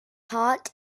heart